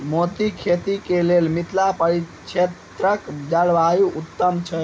मोतीक खेती केँ लेल मिथिला परिक्षेत्रक जलवायु उत्तम छै?